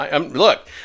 Look